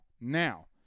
Now